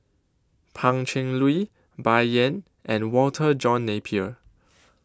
Pan Cheng Lui Bai Yan and Walter John Napier